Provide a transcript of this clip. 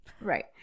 right